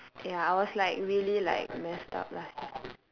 ya I was like really like messed up last year